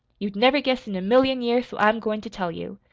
you'd never guess in a million years, so i'm goin' to tell you.